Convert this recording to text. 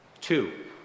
two